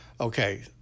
Okay